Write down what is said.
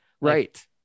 right